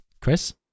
Chris